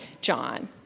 John